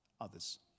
others